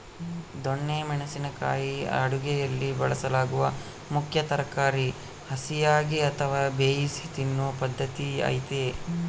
ದೊಣ್ಣೆ ಮೆಣಸಿನ ಕಾಯಿ ಅಡುಗೆಯಲ್ಲಿ ಬಳಸಲಾಗುವ ಮುಖ್ಯ ತರಕಾರಿ ಹಸಿಯಾಗಿ ಅಥವಾ ಬೇಯಿಸಿ ತಿನ್ನೂ ಪದ್ಧತಿ ಐತೆ